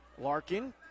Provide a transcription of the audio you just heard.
larkin